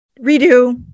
Redo